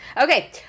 Okay